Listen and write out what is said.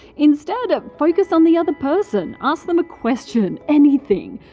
instead, ah focus on the other person, ask them a question, anything.